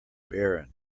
barren